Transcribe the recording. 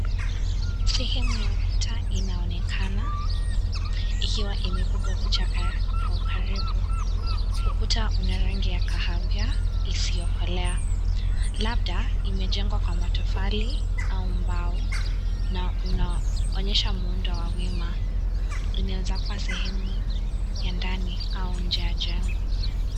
Sehemu ya ukuta inaonekana ikiwa imepigwa picha kwa ukaribu. Ukuta una rangi ya kahawia isiyokolea, labda imejengwa kwa matofali au mbao na unaonyesha muundo wa wima, inaeza kuwa sehemu ya ndani au nje ya jengo.